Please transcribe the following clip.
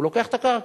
הוא לוקח את הקרקע.